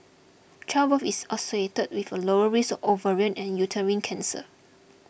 childbirth is associated with a lower risk of ovarian and uterine cancer